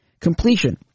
completion